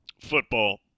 football